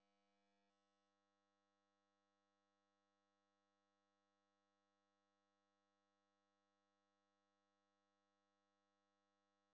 ভারতের প্রধান উপার্জন চাষ থিকে হচ্ছে, যার সিস্টেমের অনেক গুলা সমস্যা দেখা দিচ্ছে